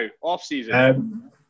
Off-season